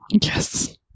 Yes